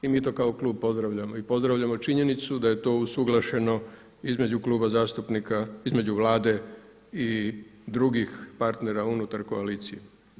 I mi to kao klub pozdravljamo i pozdravljamo činjenicu da je to usuglašeno između kluba zastupnika, između Vlade i drugih partnera unutar koalicije.